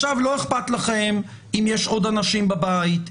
לא אכפת לכם אם יש עוד אנשים בבית,